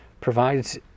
provides